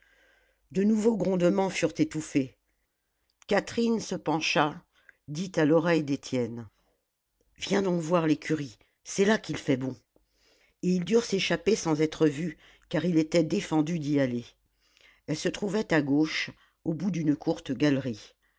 de nouveaux grondements furent étouffés catherine se pencha dit à l'oreille d'étienne viens donc voir l'écurie c'est là qu'il fait bon et ils durent s'échapper sans être vus car il était défendu d'y aller elle se trouvait à gauche au bout d'une courte galerie